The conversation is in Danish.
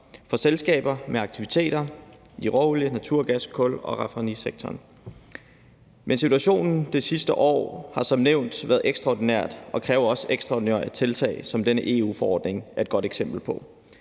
for selskaber med aktiviteter i råolie-, naturgas-, kul- og raffinaderisektorerne. Men situationen det sidste år har som nævnt været ekstraordinær og kræver også ekstraordinære tiltag, hvilket EU-forordningen er et godt eksempel på.